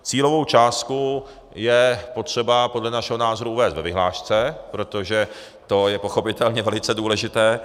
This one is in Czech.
Cílovou částku je potřeba podle našeho názoru uvést ve vyhlášce, protože to je pochopitelně velice důležité.